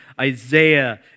Isaiah